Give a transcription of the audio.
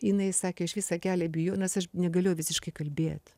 jinai sakė aš visą kelią bijau nes aš negalėjau visiškai kalbėt